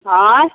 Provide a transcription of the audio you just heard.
आँय